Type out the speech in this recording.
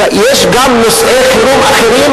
יש גם נושאי חירום אחרים,